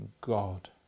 God